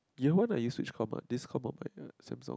year one I use which comp ah this comp or uh Samsung